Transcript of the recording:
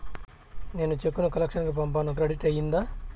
నేను చెక్కు ను కలెక్షన్ కు పంపాను క్రెడిట్ అయ్యిందా